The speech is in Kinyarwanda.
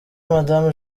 madamu